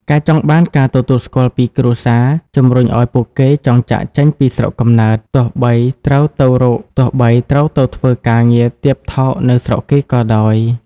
ការចង់បានការទទួលស្គាល់ពីគ្រួសារ ជំរុញឱ្យពួកគេចង់ចាកចេញពីស្រុកកំណើត ទោះបីត្រូវទៅធ្វើការងារទាបថោកនៅស្រុកគេក៏ដោយ។